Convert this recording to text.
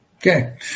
Okay